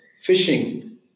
fishing